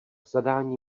zadání